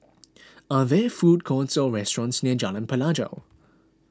are there food courts or restaurants near Jalan Pelajau